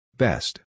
Best